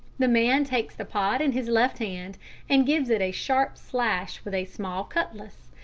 the man takes the pod in his left hand and gives it a sharp slash with a small cutlass,